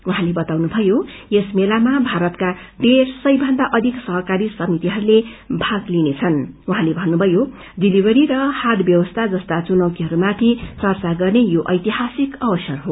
उहाँले बताउनुभयो यस मेलामा भारतका डेढ़ समय भन्दा अधिक सहकारी समितिहरूले भाग लिइनेछन् उहाँले भन्नुभयो डिलीवरी र हाट व्यवस्था जस्ता चुनौतीहरूमाथि चर्चा गर्ने यो ऐतिहासिक अवसर हो